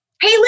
Hey